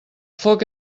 foc